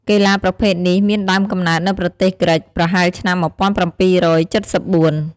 កីឡាប្រភេទនេះមានដើមកំណើតនៅប្រទេសក្រិក ប្រហែលឆ្នាំ ១៧៧៤។